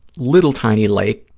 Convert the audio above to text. little tiny lake,